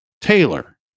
Taylor